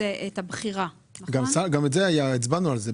זה המצב, גם אם זה לא היה מופיע שם.